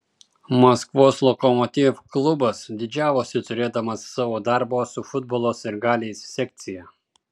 maskvos lokomotiv klubas didžiavosi turėdamas savo darbo su futbolo sirgaliais sekciją